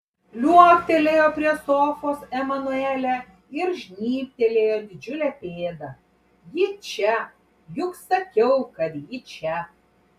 liuoktelėjo prie sofos emanuelė ir žnybtelėjo didžiulę pėdą ji čia juk sakiau kad ji čia